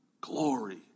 glory